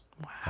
Wow